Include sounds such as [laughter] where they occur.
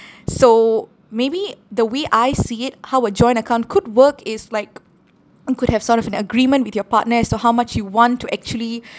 so maybe the way I see it how a joint account could work is like [noise] could have sort of an agreement with your partner as to how much you want to actually [breath]